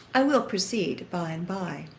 i will proceed by-and-by.